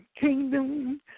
kingdom